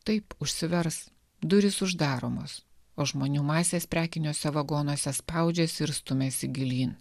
taip užsivers durys uždaromos o žmonių masės prekiniuose vagonuose spaudžiasi ir stumiasi gilyn